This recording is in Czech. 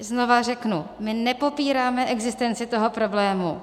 Znovu řeknu, my nepopíráme existenci toho problému.